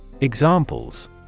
Examples